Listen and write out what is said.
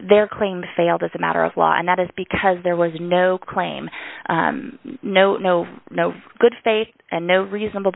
their claims failed as a matter of law and that is because there was no claim no no no good faith and no reasonable